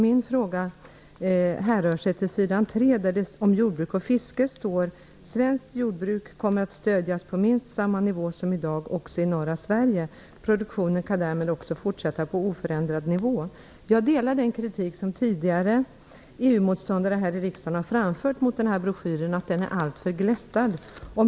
Min fråga gäller sidan 3 i broschyren, där det om jordbruk och fiske står: Svenskt jordbruk kommer att stödas på minst samma nivå som i dag också i norra Sverige. Produktionen kan därmed också fortsätta på oförändrad nivå. Jag delar den kritik som andra EU-motståndare här i riksdagen tidigare har framfört mot den här broschyren, nämligen att den är alltför glättad.